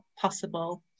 possible